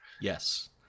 Yes